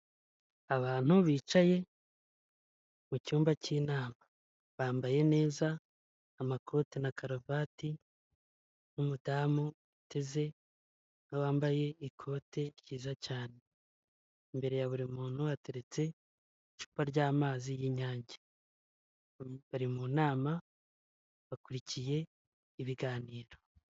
Abantu bicaye mu cyumba cy'inama. Bambaye neza, amakote na karavati, n'umudamu uteze, na we wambaye ikote ryiza cyane. Imbere ya buri muntu hateretse icupa ry'amazi y'inyange. Bari mu nama, bakurikiye ibiganiro.